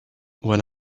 when